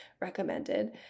recommended